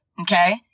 okay